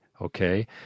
okay